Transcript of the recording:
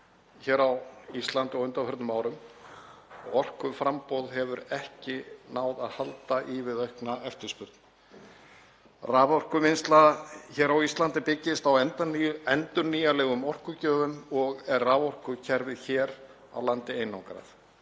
hér á Íslandi á undanförnum árum. Orkuframboð hefur ekki náð að halda í við aukna eftirspurn. Raforkuvinnsla á Íslandi byggist á endurnýjanlegum orkugjöfum og er raforkukerfið hér á landi einangrað.